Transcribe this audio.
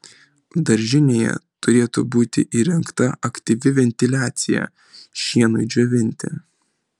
daržinėje turėtų būti įrengta aktyvi ventiliacija šienui džiovinti